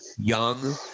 young